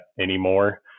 anymore